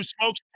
smokes